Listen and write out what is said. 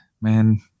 man